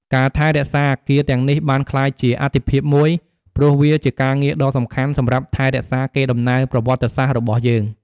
ការថែរក្សាអគារទាំងនេះបានក្លាយជាអាទិភាពមួយ ព្រោះវាជាការងារដ៏សំខាន់សម្រាប់ថែរក្សាកេរដំណែលប្រវត្តិសាស្ត្ររបស់យើង។